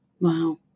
Wow